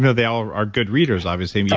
they all are are good readers, obviously,